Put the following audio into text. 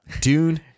dune